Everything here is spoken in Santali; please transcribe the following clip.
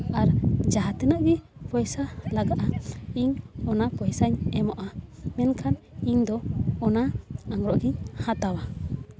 ᱟᱨ ᱡᱟᱦᱟᱸ ᱛᱤᱱᱟᱹᱜ ᱜᱮ ᱯᱚᱭᱥᱟ ᱞᱟᱜᱟᱜᱼᱟ ᱤᱧ ᱚᱱᱟ ᱯᱚᱭᱥᱟᱧ ᱮᱢᱚᱜᱼᱟ ᱢᱮᱱᱠᱷᱟᱱ ᱤᱧᱫᱚ ᱚᱱᱟ ᱟᱝᱨᱚᱵᱽ ᱜᱤᱧ ᱦᱟᱛᱟᱣᱟ